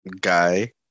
guy